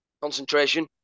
concentration